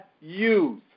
youth